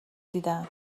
دیدم